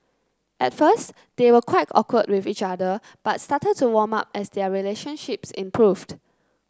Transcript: at first they were quite awkward with each other but started to warm up as their relationships improved